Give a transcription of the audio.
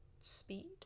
speed